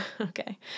okay